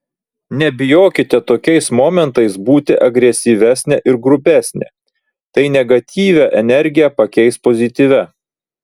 nebijokite tokiais momentais būti agresyvesnė ir grubesnė tai negatyvią energiją pakeis pozityvia